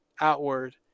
outward